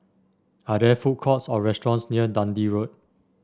are there food courts or restaurants near Dundee Road